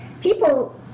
people